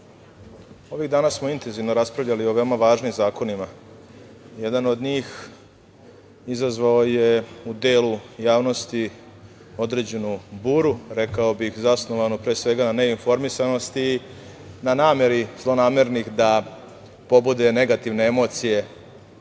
ovih dana smo intenzivno raspravljali o veoma važnim zakonima. Jedan od njih je izazvao u delu javnosti određenu buru, rekao bih, zasnovanu pre svega na neinformisanosti, na nameri zlonamernih da pobode negativne emocije